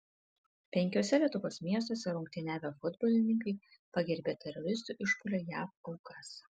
penkiuose lietuvos miestuose rungtyniavę futbolininkai pagerbė teroristų išpuolio jav aukas